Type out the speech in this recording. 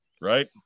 Right